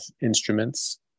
instruments